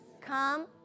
come